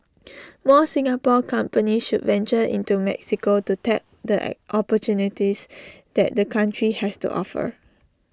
more Singapore companies should venture into Mexico to tap the opportunities that the country has to offer